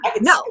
No